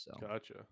Gotcha